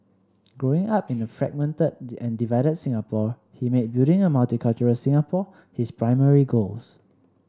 Growing Up in a fragmented and divided Singapore he made building a multicultural Singapore his primary goals